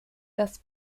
das